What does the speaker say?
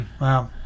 Wow